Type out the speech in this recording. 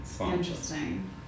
Interesting